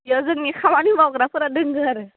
बेयाव जोंनि खामानि मावग्राफोरा दङ आरो